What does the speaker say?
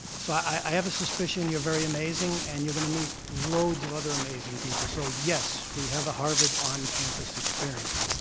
so i have a suspicion you're very amazing, and you're going to meet loads of other amazing people. so yes, we have a harvard on-campus experience.